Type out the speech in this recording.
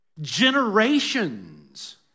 generations